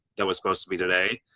that was supposed to be today,